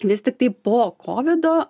vis tiktai po kovido